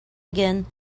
again